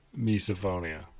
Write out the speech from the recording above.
misophonia